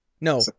No